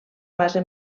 base